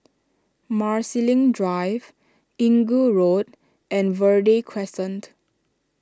Marsiling Drive Inggu Road and Verde Crescent